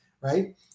Right